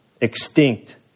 Extinct